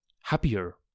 happier